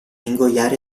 ingoiare